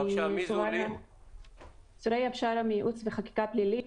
אני סוריא בשארה מייעוץ וחקיקה (משפט פלילי),